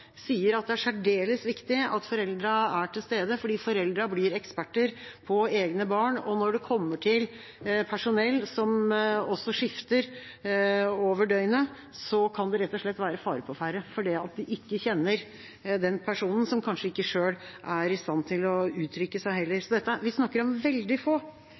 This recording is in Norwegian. at det er særdeles viktig at foreldrene er til stede, fordi foreldrene blir eksperter på egne barn. Når det kommer til personell som også skifter over døgnet, kan det rett og slett være fare på ferde fordi de ikke kjenner den personen, som kanskje heller ikke selv er i stand til å uttrykke seg. Vi snakker om veldig få.